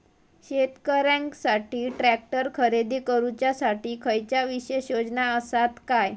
शेतकऱ्यांकसाठी ट्रॅक्टर खरेदी करुच्या साठी खयच्या विशेष योजना असात काय?